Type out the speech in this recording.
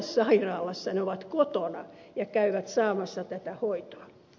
he ovat kotona ja käyvät saamassa tätä hoitoa